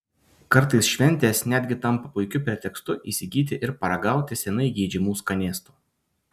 kartais šventės netgi tampa puikiu pretekstu įsigyti ir paragauti seniai geidžiamų skanėstų